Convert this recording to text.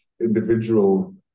individual